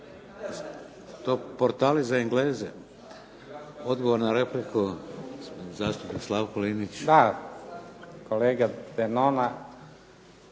To portali za Engleze. Odgovor na repliku zastupnik Slavko Linić. **Linić,